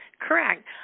Correct